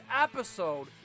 episode